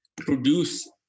produce